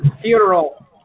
Funeral